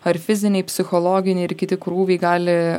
ar fiziniai psichologiniai ir kiti krūviai gali